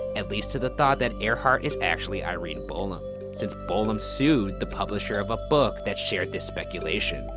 at least to the thought that earhart is actually irene bolam since bolam sued the publisher of a book that shared this speculation.